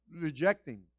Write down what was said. rejecting